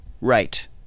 right